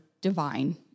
divine